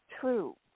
true